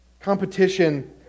competition